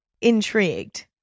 intrigued